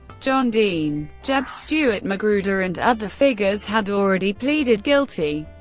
john dean, jeb stuart magruder, and other figures had already pleaded guilty.